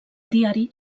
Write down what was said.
diari